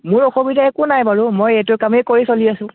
মোৰ অসুবিধা একো নাই বাৰু মই এইটো কামেই কৰি চলি আছোঁ